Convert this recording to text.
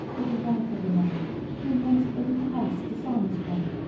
or the wife of a man who in one's own house dishonours one?